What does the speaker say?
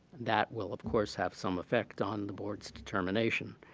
that will, of course, have some effect on the board's determination.